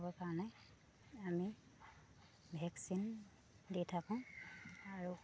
কাৰণে আমি ভেকচিন দি থাকোঁ আৰু